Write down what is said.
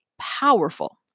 powerful